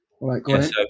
Right